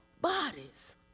bodies